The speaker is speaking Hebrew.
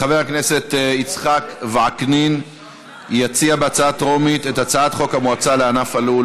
חבר הכנסת יצחק וקנין יציע בהצעה טרומית את הצעת חוק המועצה לענף הלול